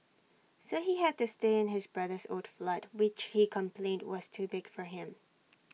so he had to stay in his brother's old flat which he complained was too big for him